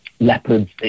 Leopards